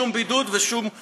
שום בידוד ושום שמוד.